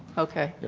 okay.